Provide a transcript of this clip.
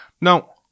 No